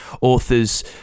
Authors